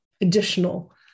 additional